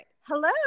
Hello